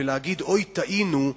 או חמש, ולומר, אוי, טעינו,